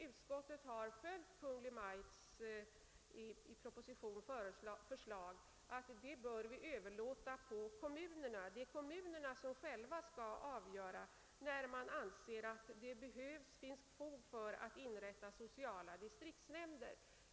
Utskottet har följt propositionens förslag och ansett att kommunerna själva skall avgöra när det finns fog för att inrätta sociala distriktsnämnder.